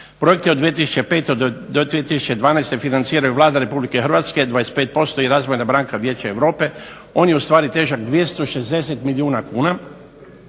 Projekt je od 2005. do 2012. financiraju Vlada Republike Hrvatske 25% i Razvojna banka Vijeća Europe. On je u stvari težak 260 milijuna kuna.